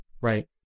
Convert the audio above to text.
Right